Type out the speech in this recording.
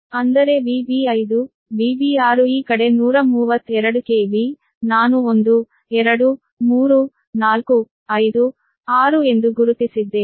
ಅಂದರೆ VB5 VB6 ಈ ಕಡೆ 132 KV ನಾನು 1 2 3 4 5 6 ಎಂದು ಗುರುತಿಸಿದ್ದೇನೆ